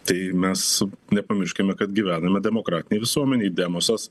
tai mes nepamirškime kad gyvename demokratinėj visuomenėj demosas